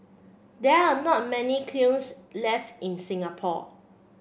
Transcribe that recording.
there are not many kilns left in Singapore